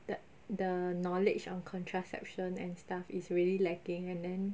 the the knowledge on contraception and stuff is really lacking and then